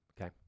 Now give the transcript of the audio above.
okay